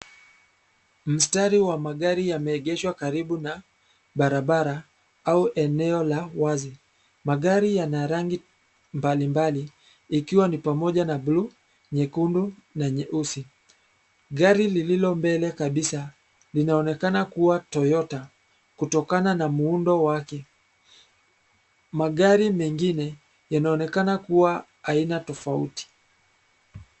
Mstari wa magari yameegeshwa karibu na barabara au eneo la wazi. Magari yana rangi mbalimbali ikwa ni pamoja na buluu, nyekundu na nyeusi. Gari lililo mbele kabisa linaonekana kuwa Toyota kutokana na muundo wake. Magari mengine yanaonekana kuwa aina tofauti.